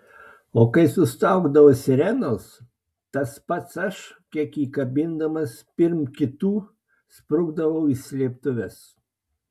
o kai sustaugdavo sirenos tas pats aš kiek įkabindamas pirm kitų sprukdavau į slėptuves